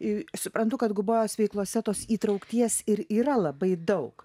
ir suprantu kad gubojos veiklose tos įtraukties ir yra labai daug